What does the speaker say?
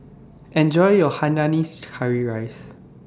Enjoy your Hainanese Curry Rice